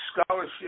scholarship